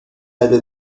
نده